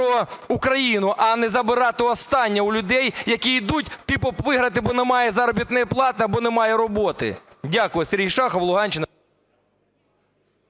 про Україну, а не забирати останнє у людей, які йдуть типа виграти, бо немає заробітної плати або немає роботи. Дякую.